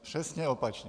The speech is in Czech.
Přesně opačně.